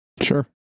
Sure